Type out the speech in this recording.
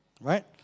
right